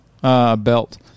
Belt